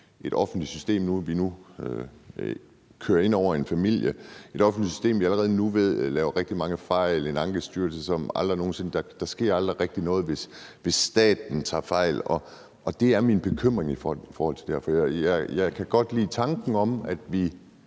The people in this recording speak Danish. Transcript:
et offentligt system, vi nu kører ind over en familie – et offentligt system, vi allerede nu ved laver rigtig mange fejl, en ankestyrelse, hvor der aldrig rigtig sker noget, hvis staten tager fejl, og det er min bekymring i forhold til det her. Jeg kan godt lide tanken om, at vi